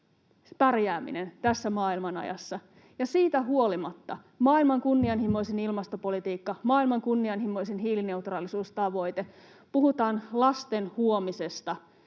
pärjääminen tässä maailmanajassa. Siitä huolimatta maailman kunnianhimoisin ilmastopolitiikka, maailman kunnianhimoisin hiilineutraalisuustavoite. Ja puhutaan lasten huomisesta,